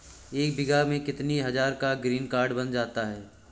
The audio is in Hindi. एक बीघा में कितनी हज़ार का ग्रीनकार्ड बन जाता है?